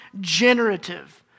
generative